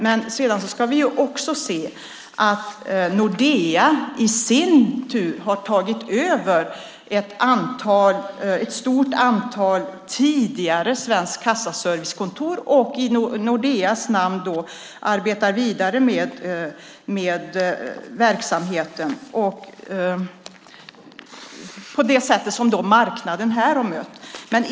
Men sedan ska vi också se att Nordea i sin tur har tagit över ett stort antal av Svensk Kassaservices tidigare kontor och i Nordeas namn arbetar vidare med verksamheten. På det sättet möter marknaden detta.